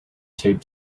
taped